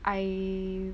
I